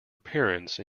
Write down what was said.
appearance